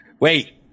Wait